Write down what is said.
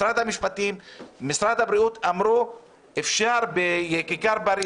משרד המשפטים ומשרד הבריאות אמרו שאפשר להפגין בכיכר פריז